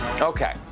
Okay